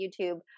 youtube